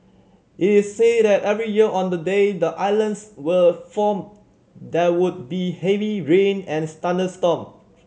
is said that every year on the day the islands were formed there would be heavy rain and thunderstorm